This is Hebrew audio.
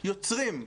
יוצרים.